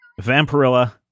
Vampirilla